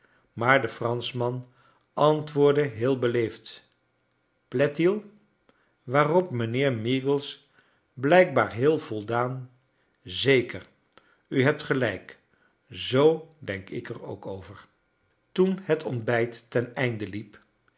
maar de eranschman antwoordde heel beleefd piait il waarop mijnheer meagles blijkbaar heel voldaan zeker u hebt gelijk zoo denk ik er ook over toen het ontbijt ten einde liep